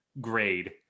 grade